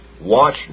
Watch